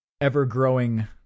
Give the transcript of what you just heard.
ever-growing